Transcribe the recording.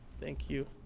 thank you.